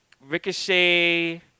Ricochet